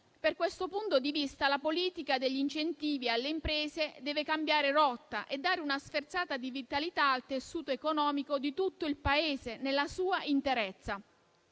Da questo punto di vista, la politica degli incentivi alle imprese deve cambiare rotta e dare una sferzata di vitalità al tessuto economico del Paese nella sua interezza.